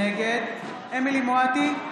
נגד אמילי חיה מואטי,